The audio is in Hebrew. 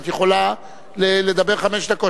את יכולה לדבר חמש דקות.